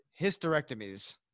hysterectomies